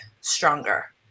stronger